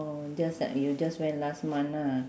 oh just like you just went last month ah